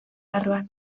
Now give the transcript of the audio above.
barruan